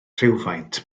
rhywfaint